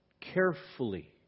carefully